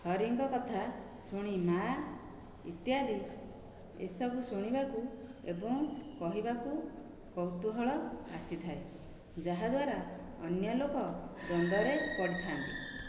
ହରିଙ୍କ କଥା ଶୁଣି ମା' ଇତ୍ୟାଦି ଏସବୁ ଶୁଣିବାକୁ ଏବଂ କହିବାକୁ କୌତୁହଳ ଆସିଥାଏ ଯାହାଦ୍ୱାରା ଅନ୍ୟ ଲୋକ ଦ୍ଵନ୍ଦରେ ପଡ଼ିଥାନ୍ତି